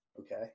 Okay